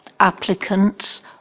Applicants